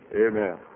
amen